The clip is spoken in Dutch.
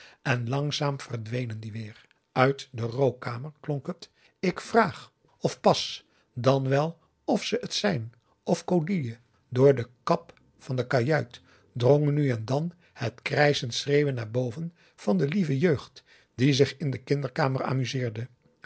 en langzaam verdwenen die weer uit de rookkamer klonk het ik vraag of passe dan wel of ze het zijn of codille door de kap van de kajuit drong nu en dan het krijschend schreeuwen naar boven van de lieve jeugd die zich in de kinderkamer